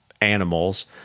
animals